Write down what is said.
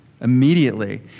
immediately